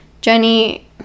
Jenny